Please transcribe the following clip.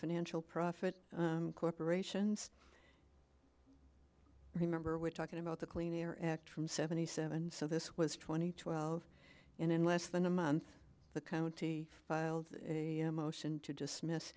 financial profit corporations remember we're talking about the clean air act from seventy seven so this was twenty twelve in less than a month the county filed a motion to dismiss